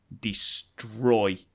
destroy